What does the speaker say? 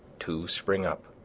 two spring up.